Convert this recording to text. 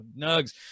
Nugs